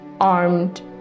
armed